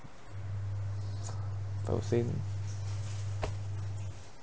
I would say no